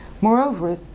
Moreover